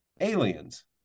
aliens